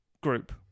group